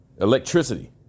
Electricity